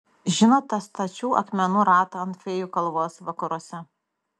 žinot tą stačių akmenų ratą ant fėjų kalvos vakaruose